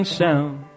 sound